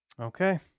Okay